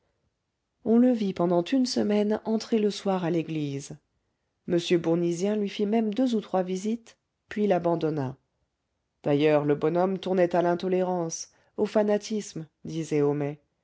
on le vit pendant une semaine entrer le soir à l'église m bournisien lui fit même deux ou trois visites puis l'abandonna d'ailleurs le bonhomme tournait à l'intolérance au fanatisme disait homais